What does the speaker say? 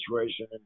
situation